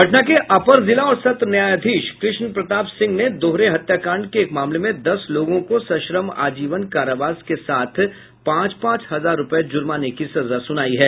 पटना के अपर जिला और सत्र न्यायाधीश कृष्ण प्रताप सिंह ने दोहरे हत्याकांड के एक मामले में दस लोगों को सश्रम आजीवन कारावास के साथ पांच पांच हजार रूपये जुर्माने की सजा सुनायी है